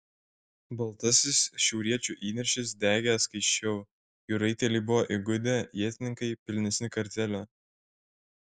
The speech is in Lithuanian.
baltasis šiauriečių įniršis degė skaisčiau jų raiteliai buvo įgudę ietininkai pilnesnį kartėlio